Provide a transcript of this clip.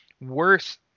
worse